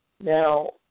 now